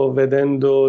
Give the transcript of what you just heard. vedendo